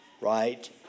right